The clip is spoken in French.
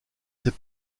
ses